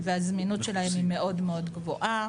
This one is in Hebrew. והזמינות שלהן היא מאוד מאוד גבוהה.